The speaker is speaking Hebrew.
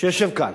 שיושב כאן,